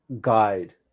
guide